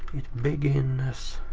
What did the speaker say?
it begins,